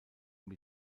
mit